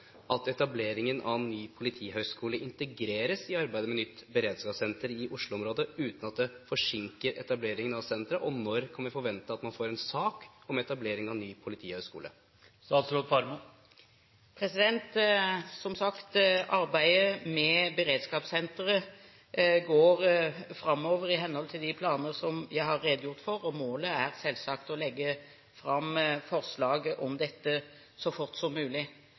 at etableringen av ny politihøyskole integreres i arbeidet med nytt beredskapssenter i Oslo-området, uten at det forsinker etableringen av senteret? Og når kan vi forvente at vi får en sak om etablering av ny politihøyskole? Som sagt, arbeidet med beredskapssenteret går framover i henhold til de planer som jeg har redegjort for, og målet er selvsagt å legge fram forslag om dette så fort som mulig.